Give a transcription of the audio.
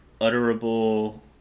utterable